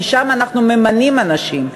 כי שם אנחנו ממנים אנשים,